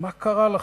מה קרה לכם?